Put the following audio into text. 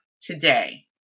today